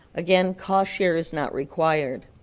again, cost share is not required.